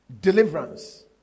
deliverance